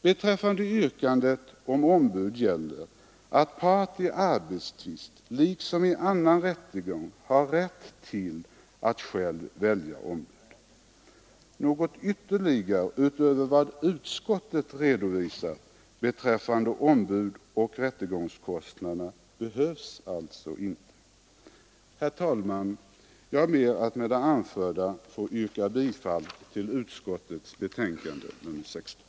Beträffande yrkandet om ombud gäller att part i arbetstvist liksom i annan rättegång har rätt att själv välja ombud. Något ytterligare utöver vad utskottet redovisat beträffande ombud och rättegångskostnader behövs alltså inte. Herr talman! Jag ber att med det anförda få yrka bifall till utskottets hemställan i betänkandet nr 16.